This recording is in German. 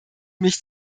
mich